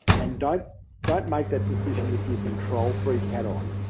and don't don't make that decision with your control freak head-on.